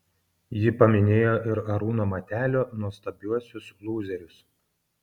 ji paminėjo ir arūno matelio nuostabiuosius lūzerius